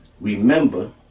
Remember